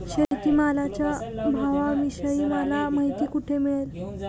शेतमालाच्या भावाविषयी मला माहिती कोठे मिळेल?